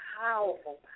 powerful